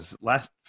last